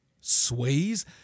sways